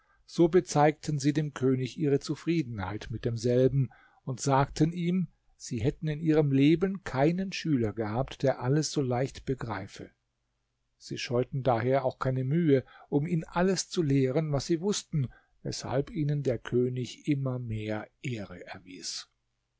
so bezeigten sie dem könig ihre zufriedenheit mit demselben und sagten ihm sie hätten in ihrem leben keinen schüler gehabt der alles so leicht begreife sie scheuten daher auch keine mühe um ihn alles zu lehren was sie wußten weshalb ihnen der könig immer mehr ehre erwies